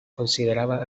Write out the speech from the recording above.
consideraba